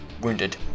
wounded